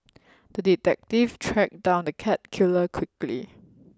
the detective tracked down the cat killer quickly